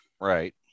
Right